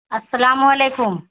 السلام علیکم